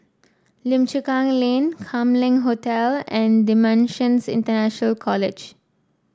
Lim Chu Kang Lane Kam Leng Hotel and Dimensions International College